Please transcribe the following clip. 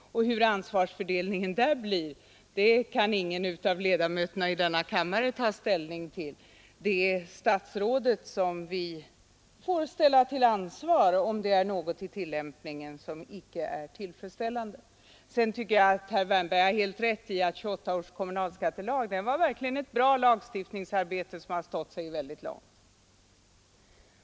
Hur ansvarsfördelningen där blir kan ingen av ledamöterna i denna kammare ta ställning till. Det är statsrådet som vi får ställa till ansvar, om det är någonting i tillämpningen som icke är tillfredsställande. Sedan tycker jag att herr Wärnberg har helt rätt i att 1928 års kommunalskattelag verkligen var ett bra lagstiftningsarbete som har stått sig väldigt länge.